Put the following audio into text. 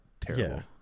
Terrible